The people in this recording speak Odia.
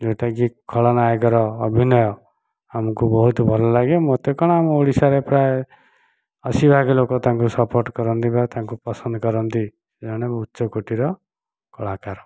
ଯେଉଁଟାକି ଖଳନାୟକର ଅଭିନୟ ଆମକୁ ବହୁତ ଭଲ ଲାଗେ ମୋତେ କଣ ଆମ ଓଡିଶାରେ ପ୍ରାୟ ଅଶୀ ଭାଗ ଲୋକ ତାଙ୍କୁ ସପୋର୍ଟ କରନ୍ତି ବା ତାଙ୍କୁ ପସନ୍ଦ କରନ୍ତି ଜଣେ ଉଚ୍ଚକୋଟୀର କଳାକାର